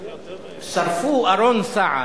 שרפו ארון סעף,